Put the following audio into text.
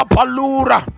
Palura